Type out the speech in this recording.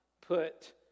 put